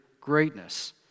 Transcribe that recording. greatness